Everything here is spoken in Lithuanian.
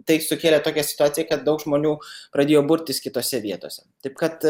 tai sukėlė tokią situaciją kad daug žmonių pradėjo burtis kitose vietose taip kad